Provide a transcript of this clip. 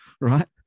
right